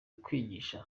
kwigisha